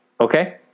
Okay